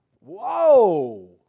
Whoa